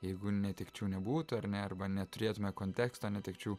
jeigu netekčių nebūtų ar ne arba neturėtume konteksto netekčių